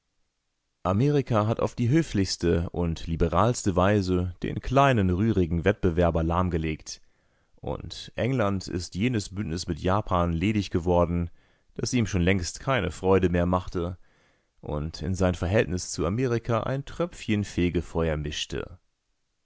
amerika hat auf die höflichste und liberalste weise den kleinen rührigen wettbewerber lahmgelegt und england ist jenes bündnisses mit japan ledig geworden das ihm schon längst keine freude mehr machte und in sein verhältnis zu amerika ein tröpfchen fegefeuer mischte